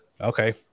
Okay